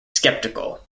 skeptical